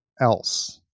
else